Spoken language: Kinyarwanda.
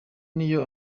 niyo